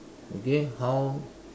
okay how